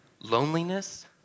loneliness